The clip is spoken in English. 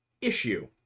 issue